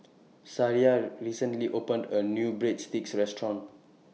Sariah recently opened A New Breadsticks Restaurant